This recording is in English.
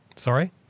Sorry